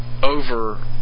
over